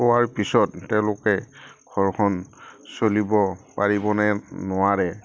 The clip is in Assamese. পোৱাৰ পিছত তেওঁলোকে ঘৰখন চলিব পাৰিবনে নোৱাৰে